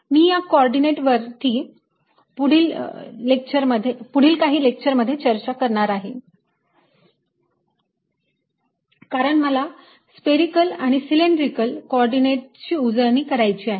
मी या को ऑर्डिनेटवरती पुढील काही लेक्चर मध्ये चर्चा करणार आहे कारण मला स्पेरिकल आणि सिलेंड्रिकल को ऑर्डिनेटची उजळणी करायची आहे